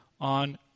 on